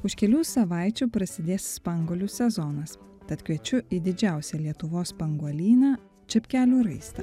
už kelių savaičių prasidės spanguolių sezonas tad kviečiu į didžiausią lietuvos spanguolyną čepkelių raistą